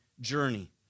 journey